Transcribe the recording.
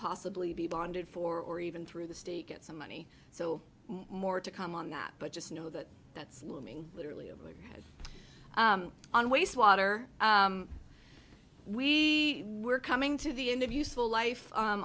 possibly be bonded for or even through the state get some money so more to come on that but just know that that's looming literally on wastewater we were coming to the end of useful life